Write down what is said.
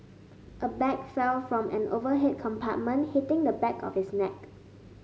a bag fell from an overhead compartment hitting the back of his neck